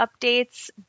updates